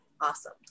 Awesome